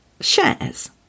shares